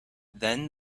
then